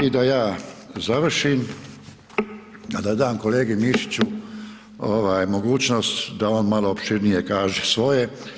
I da ja završim, a da dam kolegi Mišiću mogućnost da on malo opširnije kaže svoje.